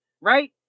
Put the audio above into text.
right